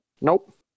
Nope